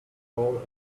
all